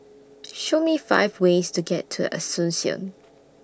Show Me five ways to get to Asuncion